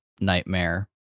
nightmare